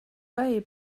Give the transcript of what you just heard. way